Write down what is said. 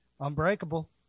Unbreakable